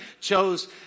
chose